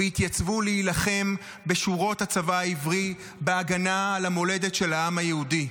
והתייצבו להילחם בשורות הצבא העברי בהגנה על המולדת של העם היהודי.